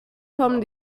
kommen